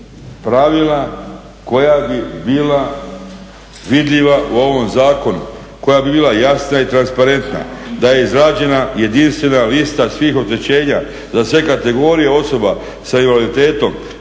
pravila koja bi bila vidljiva u ovom zakonu, koja bi bila jasna i transparentna da je izrađena jedinstvena lista svih oštećenja za sve kategorije osoba sa invaliditetom